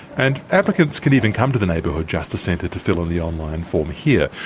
and applicants can even come to the neighbourhood justice centre to fill in the online form here,